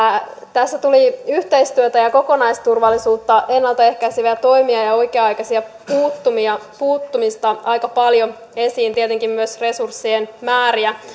tässä tuli yhteistyötä ja ja kokonaisturvallisuutta ennalta ehkäiseviä toimia ja ja oikea aikaista puuttumista puuttumista aika paljon esiin tietenkin myös resurssien määriä